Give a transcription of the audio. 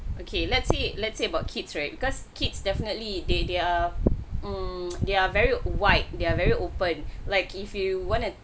okay let's say let's say about kids right because kids definitely they they're mm they're very white they are very open like if you wanted